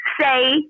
say